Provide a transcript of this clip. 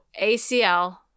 ACL